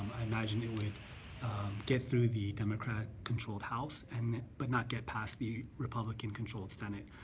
i imagine it would get through the democratically controlled house and but not get passed the republican-controlled senate.